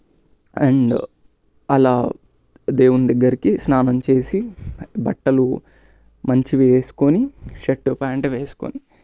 and అలా దేవుని దగ్గరకి స్నానం చేసి బట్టలు మంచివి వేసుకుని షర్టు ప్యాంటు వేసుకుని